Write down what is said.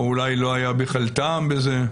או אולי לא היה בכלל טעם בזה?